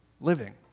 living